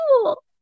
cool